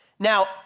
Now